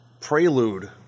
prelude